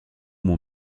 mon